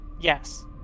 Yes